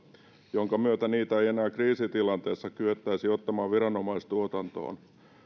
minkä myötä niitä ei enää kriisitilanteessa kyettäisi ottamaan viranomaistuotantoon